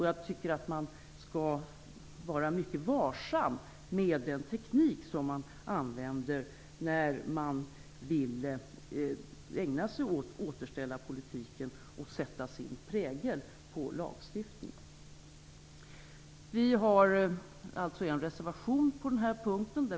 Jag tycker att man skall vara mycket varsam med den teknik man använder när man vill ägna sig åt återställarpolitik och åt att sätta sin prägel på lagstiftningen. Folkpartiet har en reservation på denna punkt.